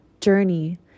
journey